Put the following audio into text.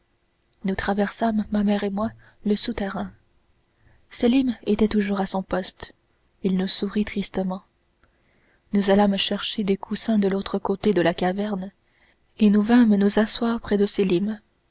nous traversâmes ma mère et moi le souterrain sélim était toujours à son poste il nous sourit tristement nous allâmes chercher des coussins de l'autre côté de la caverne et nous vînmes nous asseoir près de sélim